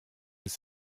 ist